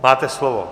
Máte slovo.